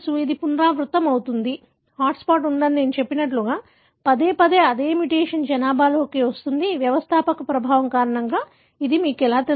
ఇది పునరావృతమవుతుంది hot spot ఉందని నేను చెప్పినట్లుగా పదేపదే అదే మ్యుటేషన్ జనాభాలోకి వస్తుంది వ్యవస్థాపక ప్రభావం కారణంగా ఇది మీకు ఎలా తెలుసు